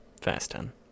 Fasten